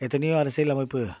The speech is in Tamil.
எத்தனையோ அரசியல் அமைப்பு